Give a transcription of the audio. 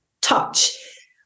touch